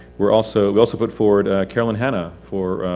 we're also, we also put forward, caroline hanna for,